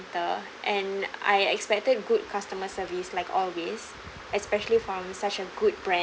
and I expected good customer service like always especially from such a good brand